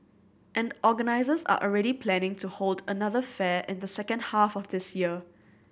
and organisers are already planning to hold another fair in the second half of this year